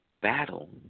battle